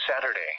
Saturday